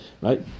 Right